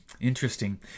Interesting